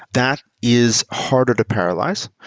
that is harder to paralyze.